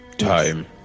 time